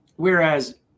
Whereas